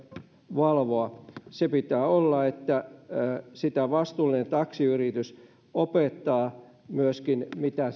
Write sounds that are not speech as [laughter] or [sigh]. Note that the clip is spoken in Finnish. valvoa se pitää olla ja vastuullinen taksiyritys opettaa myöskin mitä [unintelligible]